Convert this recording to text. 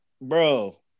bro